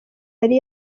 yari